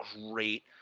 great